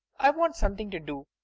i want something to do.